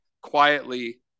quietly